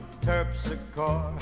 terpsichore